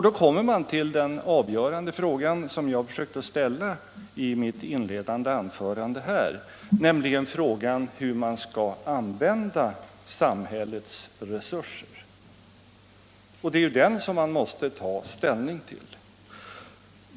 Då kommer man till den avgörande frågan, som jag försökte ställa i mitt inledande anförande, nämligen frågan hur man skall använda samhällets resurser. Det är den som man måste ta ställning till.